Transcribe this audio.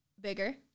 Bigger